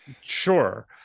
Sure